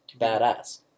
Badass